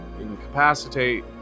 incapacitate